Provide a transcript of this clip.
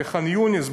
בח'אן-יונס,